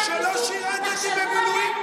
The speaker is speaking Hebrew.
לך יש משפחות שלא נמצאות בבית?